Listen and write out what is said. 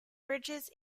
bridges